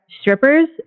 strippers